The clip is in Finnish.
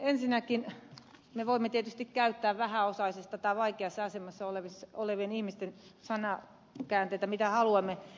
ensinnäkin me voimme tietysti käyttää vähäosaisista tai vaikeassa asemassa olevista ihmisistä sanakäänteitä ihan miten haluamme